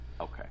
Okay